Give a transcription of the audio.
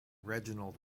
reginald